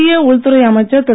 மத்திய உள்துறை அமைச்சர் திரு